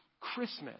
Christmas